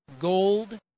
gold